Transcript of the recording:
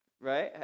Right